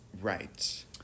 Right